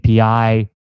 API